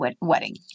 wedding